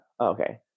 okay